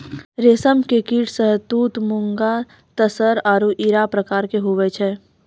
रेशम के कीट शहतूत मूंगा तसर आरु इरा प्रकार के हुवै छै